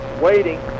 waiting